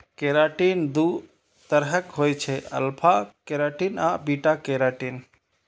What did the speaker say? keratin दू तरहक होइ छै, अल्फा केराटिन आ बीटा केराटिन